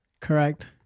correct